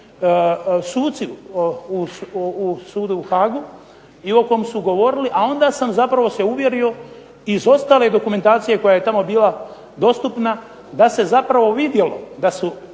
suci u sudu u Haagu i o kom su govorili a onda sam zapravo se uvjerio i za ostale dokumentacije koja je tamo bila dostupna da se zapravo vidjelo da su